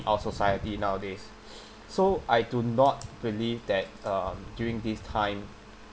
our society nowadays so I do not believe that um during this time